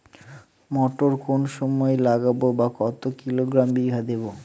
মটর কোন সময় লাগাবো বা কতো কিলোগ্রাম বিঘা দেবো?